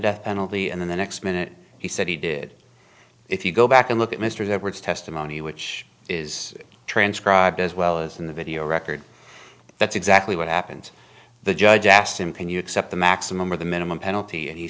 death penalty and then the next minute he said he did if you go back and look at mr edwards testimony which is transcribed as well as in the video record that's exactly what happened the judge asked him can you accept the maximum or the minimum penalty and he